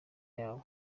yawe